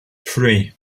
three